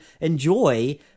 enjoy